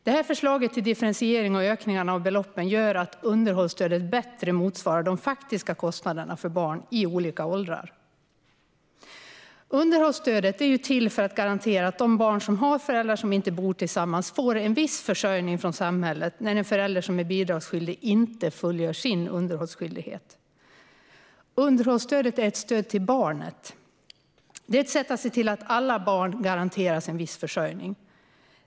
Detta förslag till differentiering och ökningarna av beloppen gör att underhållsstödet bättre motsvarar de faktiska kostnaderna för barn i olika åldrar. Underhållsstödet är till för att garantera att de barn som har föräldrar som inte bor tillsammans får en viss försörjning från samhället när en förälder som är bidragsskyldig inte fullgör sin underhållsskyldighet. Underhållsstödet är ett stöd till barnet. Det är ett sätt att se till att alla barn garanteras en viss försörjning.